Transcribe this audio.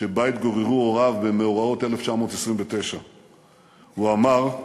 שבה התגוררו הוריו במאורעות 1929. הוא אמר: